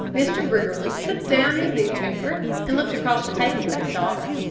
mr. briggerland put down his newspaper and looked across the table at his daughter.